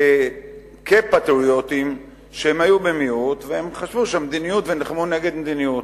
כפטריוטים שהיו במיעוט ונלחמו נגד מדיניות.